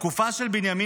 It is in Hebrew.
בתקופה של בנימין